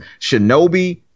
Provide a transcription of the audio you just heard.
Shinobi